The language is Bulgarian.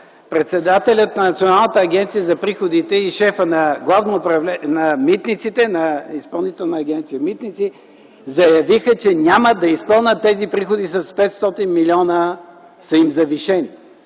председателят на Националната агенция за приходите и шефът на Изпълнителна агенция „Митници”, заявиха, че няма да изпълнят тези приходи с 500 милиона – са им завишени.